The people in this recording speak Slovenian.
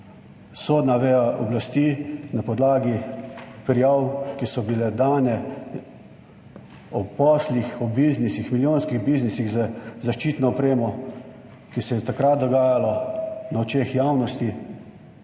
sodna veja oblasti na podlagi prijav, ki so bile dane o poslih, o biznisih, milijonskih biznisih z zaščitno opremo, kar se je takrat dogajalo na očeh javnosti,